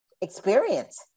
experience